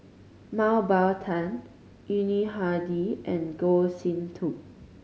Mah Bow Tan Yuni Hadi and Goh Sin Tub